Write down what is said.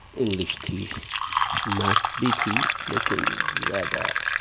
English تھی maths بھی تھی لیکن زیادہ